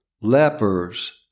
lepers